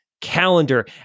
calendar